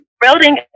building